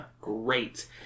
Great